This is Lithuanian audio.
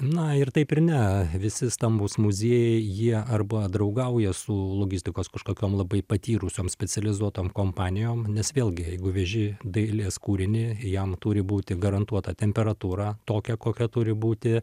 na ir taip ir ne visi stambūs muziejai jie arba draugauja su logistikos kažkokiom labai patyrusiom specializuotom kompanijom nes vėlgi jeigu veži dailės kūrinį jam turi būti garantuota temperatūra tokia kokia turi būti